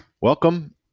Welcome